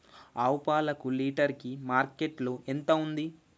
ఆవు పాలకు లీటర్ కి మార్కెట్ లో ఎంత ఉంది?